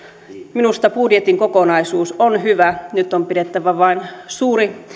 minusta budjetin kokonaisuus on hyvä nyt on vain pidettävä suuri